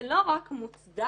זה לא רק מוצדק,